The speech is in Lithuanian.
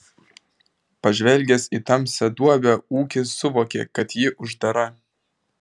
pažvelgęs į tamsią duobę ūkis suvokė kad ji uždara